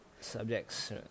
subjects